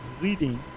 reading